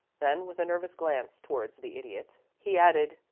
then, with a nervous glance towards the idiot, he added,